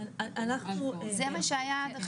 זה מה שהיה עד עכשיו.